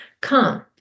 come